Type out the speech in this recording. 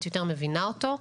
את יותר מבינה אותו,